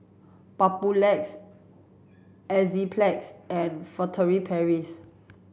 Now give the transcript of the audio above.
Papulex Enzyplex and Furtere Paris